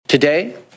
Today